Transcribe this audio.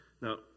Now